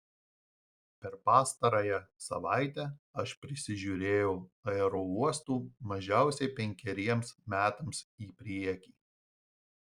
per pastarąją savaitę aš prisižiūrėjau aerouostų mažiausiai penkeriems metams į priekį